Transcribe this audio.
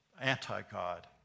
anti-God